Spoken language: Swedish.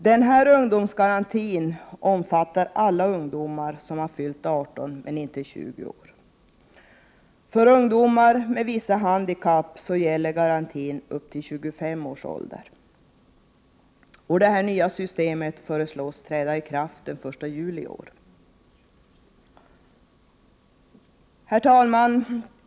Denna ungdomsgaranti omfattar alla ungdomar som fyllt 18 men inte 20 år. För ungdomar med vissa handikapp gäller garantin upp till 25 års ålder. Det nya systemet föreslås träda i kraft den 1 juli i år. Herr talman!